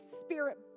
Spirit